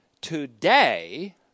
today